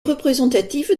représentative